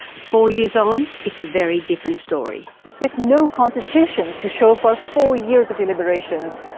four years on, it's a very different story. with no constitution to show for four years of deliberations,